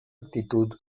actitud